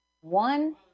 one